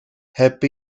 heb